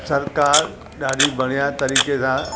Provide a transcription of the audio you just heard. सरकार ॾाढी बढ़िया तरीक़े सां